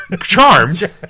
charmed